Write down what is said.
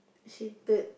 hated